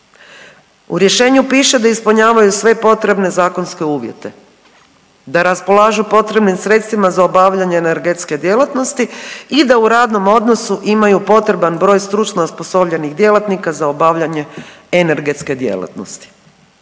U rješenju piše da ispunjavaju sve potrebne zakonske uvjete, da raspolažu potrebnim sredstvima za obavljanje energetske djelatnosti i da u radnom odnosu imaju potreban broj stručno osposobljenih djelatnika za obavljanje energetske djelatnosti.